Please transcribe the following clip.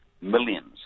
millions